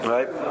Right